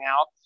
out